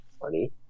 funny